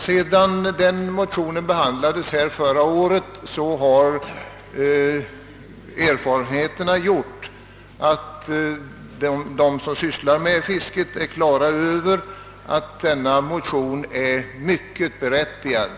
Sedan denna motion behandlades förra året har erfarenheterna gjort att de som sysslar med fisket är klara över att den var mycket berättigad.